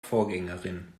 vorgängerin